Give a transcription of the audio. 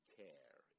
care